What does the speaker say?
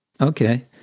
Okay